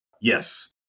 yes